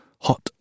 hot